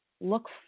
look